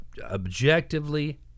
Objectively